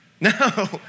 No